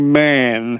man